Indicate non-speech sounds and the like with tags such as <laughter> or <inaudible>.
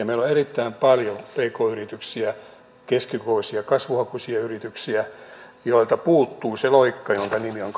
<unintelligible> meillä on erittäin paljon pk yrityksiä keskikokoisia kasvuhakuisia yrityksiä joilta puuttuu se loikka jonka nimi on <unintelligible>